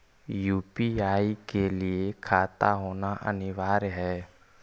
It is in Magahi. यु.पी.आई के लिए खाता होना अनिवार्य है?